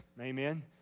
Amen